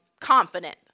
confident